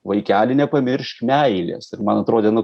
vaikeli nepamiršk meilės ir man atrodė nu